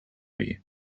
you